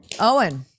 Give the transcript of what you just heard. Owen